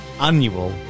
annual